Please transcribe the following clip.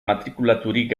matrikulaturik